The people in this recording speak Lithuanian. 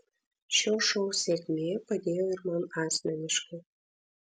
šio šou sėkmė padėjo ir man asmeniškai